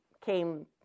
came